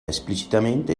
esplicitamente